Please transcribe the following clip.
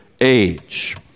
age